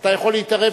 אתה יכול להתערב,